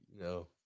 no